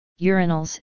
urinals